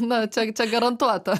na čia čia garantuota